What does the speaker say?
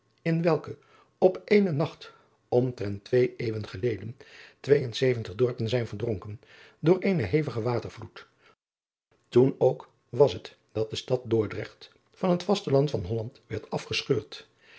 in welken op eenen nacht omtrent twee eeuwen geleden twee en zeventig dorpen zijn verzonken door eenen hevigen watervloed oen ook was het dat de stad ordrecht van het vasteland van olland werd afgescheurd